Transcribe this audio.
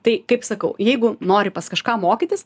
tai kaip sakau jeigu nori pas kažką mokytis